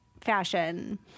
fashion